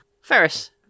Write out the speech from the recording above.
Ferris